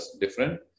different